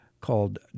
called